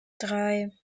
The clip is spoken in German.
drei